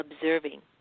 observing